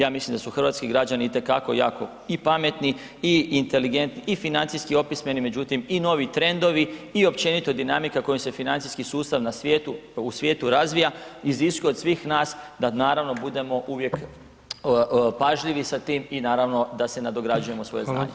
Ja mislim da su hrvatski građani i te kako jako i pametni i inteligentni i financijski opismeni, međutim i novi trendovi i općenito dinamika kojom se financijski sustav u svijetu razvija iziskuje od svih nas da naravno budemo uvijek pažljivi sa tim i naravno da se nadograđujemo svoje znanje.